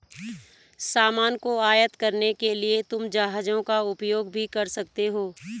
सामान को आयात करने के लिए तुम जहाजों का उपयोग भी कर सकते हो